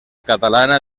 catalana